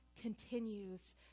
continues